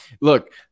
Look